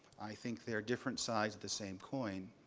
i think they are different sides of the same coin,